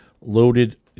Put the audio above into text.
loaded